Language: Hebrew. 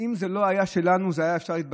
אם זה לא היה שלנו, אפשר היה להתבדח.